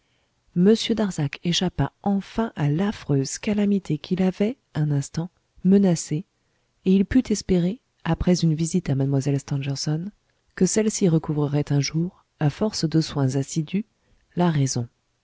darzac échappa enfin à l'affreuse calamité qui l'avait un instant menacé et il put espérer après une visite à mlle stangerson que celle-ci recouvrerait un jour à force de soins assidus la raison